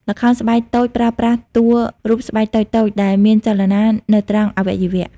ល្ខោនស្បែកតូចប្រើប្រាស់ តួរូបស្បែកតូចៗ ដែលមានចលនា នៅត្រង់អវយវៈ។